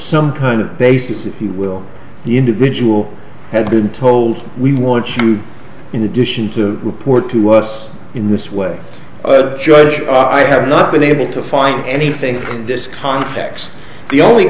some kind of basis that you will the individual have been told we want you in addition to report to us in this way judge i have not been able to find anything in this context the only